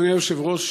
אדוני היושב-ראש,